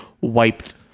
wiped